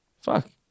Fuck